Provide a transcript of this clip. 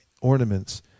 ornaments